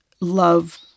love